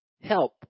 help